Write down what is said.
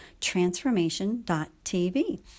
transformation.tv